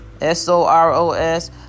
S-O-R-O-S